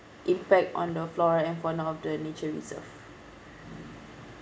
impact on the flora and fauna of the nature reserve